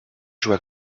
joue